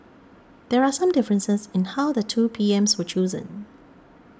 but there are some differences in how the two PMs were chosen